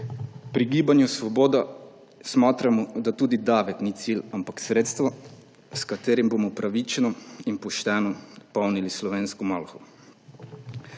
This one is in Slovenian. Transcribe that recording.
Pri Gibanju Svoboda smatramo, da tudi davek ni cilj, ampak sredstvo, s katerim bomo pravično in pošteno polnili slovensko malho.